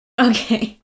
Okay